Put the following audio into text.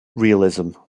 realism